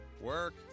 work